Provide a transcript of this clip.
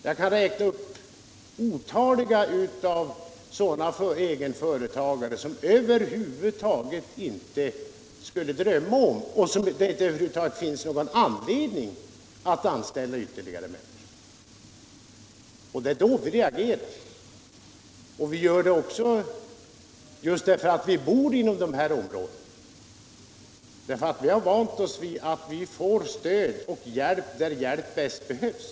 Jag kan räkna upp otaliga företagare som över huvud taget inte skulle drömma om — och som inte heller har någon anledning — att anställa ytterligare personal. Därför reagerar vi. Vi gör det också därför att vi bor inom detta område. Vi har vant oss vid att få stöd och hjälp där hjälpen bäst behövs.